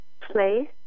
place